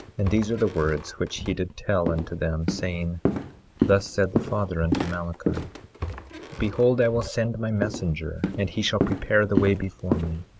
and these are the words which he did tell unto them, saying thus said the father unto malachi behold, i will send my messenger, and he shall prepare the way before me,